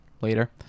later